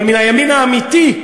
אבל מהימין האמיתי,